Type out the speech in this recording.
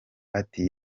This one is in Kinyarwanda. ati